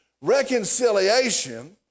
reconciliation